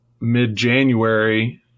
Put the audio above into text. mid-January